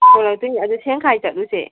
ꯍꯣꯏ ꯑꯗꯨꯏꯅꯦ ꯑꯗꯨ ꯁꯦꯟ ꯈꯥꯏ ꯆꯠꯂꯨꯁꯦ